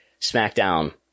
SmackDown